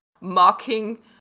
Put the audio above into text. mocking